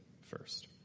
first